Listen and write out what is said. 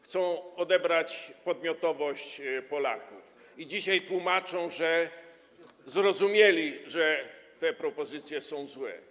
Chcą odebrać podmiotowość Polakom i dzisiaj tłumaczą, że zrozumieli, że te propozycje są złe.